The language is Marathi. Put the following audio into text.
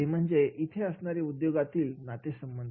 ते म्हणजे इथे असणारे उद्योगातील नातेसंबंध